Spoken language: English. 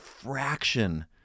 fraction